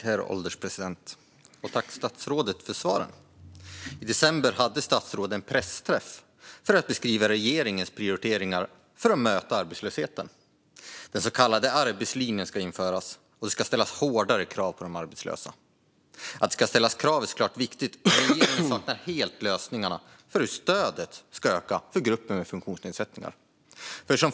Herr ålderspresident! Tack, statsrådet, för svaren! I december hade statsrådet en pressträff för att beskriva regeringens prioriteringar för att möta arbetslösheten. Den så kallade arbetslinjen ska införas, och det ska ställas hårdare krav på de arbetslösa. Att det ska ställas krav är såklart viktigt, men regeringen saknar helt lösningar för hur stödet ska öka för gruppen med funktionsnedsättningar.